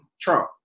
trump